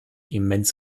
immens